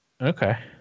okay